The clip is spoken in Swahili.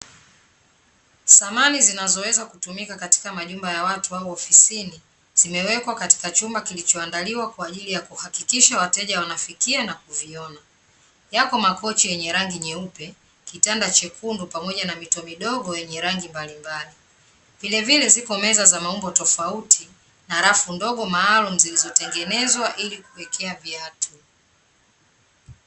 Samani zinazoweza kutumika katika majumba ya watu au ofisini, zimewekwa katika chumba kilichoandaliwa kwa ajili ya kuhakikisha wateja wanafikia na kuviona. Yako makochi yenye rangi nyeupe, kitanda chekundu pamoja na mito midogo yenye rangi mbalimbali. Vilevile ziko meza za maumbo tofauti na rafu ndogo maalumu zilizotengenezwa ili kuwekea viatu.